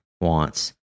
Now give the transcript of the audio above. wants